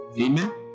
Amen